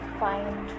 find